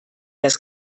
das